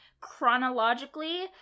chronologically